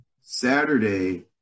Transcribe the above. Saturday